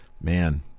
man